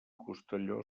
costelló